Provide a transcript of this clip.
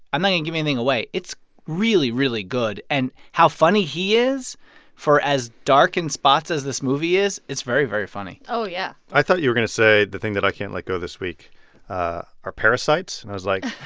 i'm not even and giving anything away, it's really, really good. and how funny he is for as dark and spots as this movie is, it's very, very funny oh, yeah i thought you were going to say the thing that i can't let go this week are parasites. and i was, like,